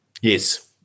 Yes